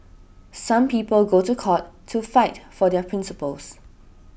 some people go to court to fight for their principles